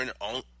on